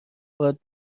افراد